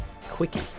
Quickie